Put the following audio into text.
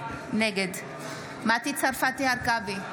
נגד מטי צרפתי הרכבי,